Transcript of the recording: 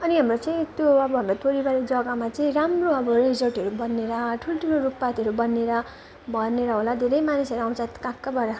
अनि हाम्रो चाहिँ त्यो अब हाम्रो तोरीबारी जग्गामा चाहिँ राम्रो अब रेजोर्टहरू बनेर ठुल्ठुलो रुखपातहरू बनिएर भनेर होला धेरै मानिसहरू आउँछ कहाँकहाँबाट